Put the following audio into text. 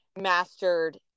mastered